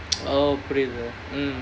oh புரியுது:puriyuthu mm